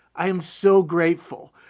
i am so grateful.